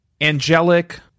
angelic